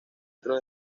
metros